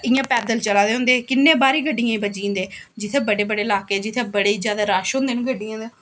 इ'यां पैदल चला दे होंदे किन्ने बारी गड्डियें गी बज्जी जंदे जित्थें बड्डे बड्डे लाह्के बड़े जादा रश होंदे न गड्डियें दे